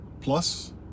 plus